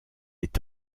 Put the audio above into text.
est